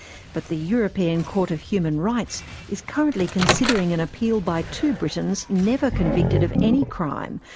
but the european court of human rights is currently considering an appeal by two britons never convicted of any crime,